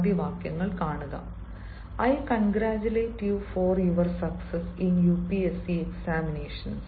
ആദ്യ വാക്യങ്ങൾ കാണുക I congratulate you for your success in U P S C examinations